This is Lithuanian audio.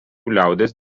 liaudies